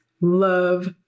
love